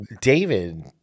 David